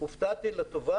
רוצה קצת לתקן.